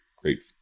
great